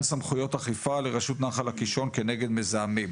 סמכויות אכיפה לרשות נחל הקישון כנגד מזהמים.